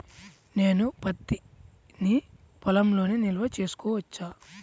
నేను పత్తి నీ పొలంలోనే నిల్వ చేసుకోవచ్చా?